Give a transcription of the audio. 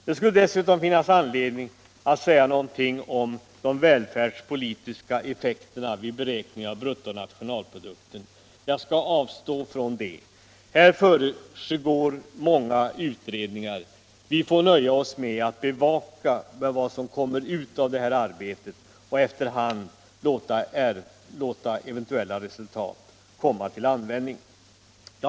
Det skulle dessutom finnas anledning att säga några ord om de välfärdspolitiska effekterna vid beräkningen av bruttonationalprodukten, men jag skall avstå från det. På det här området pågår många utredningar. Vi får nöja oss med att bevaka vad som kommer ut av detta arbete och efter hand låta resultat komma till användning.